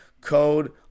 code